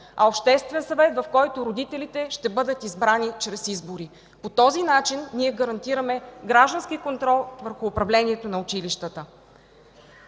а обществен съвет, в който родителите ще бъдат избрани чрез избори. По този начин гарантираме граждански контрол върху управлението на училищата.